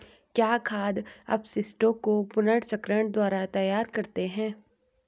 क्या खाद अपशिष्टों को पुनर्चक्रण द्वारा तैयार करते हैं?